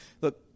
Look